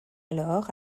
alors